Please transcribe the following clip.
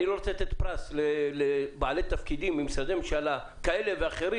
אני לא רוצה לתת פרס לבעלי תפקידים ממשרדי ממשלה כאלה ואחרים,